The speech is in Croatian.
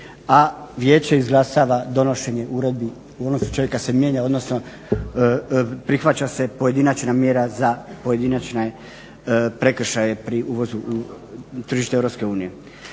a vijeće izglasava donošenje uredbi … /Govornik se ne razumije./… kad se mijenja, odnosno prihvaća se pojedinačna mjera za pojedinačne prekršaje pri uvozu u tržište EU.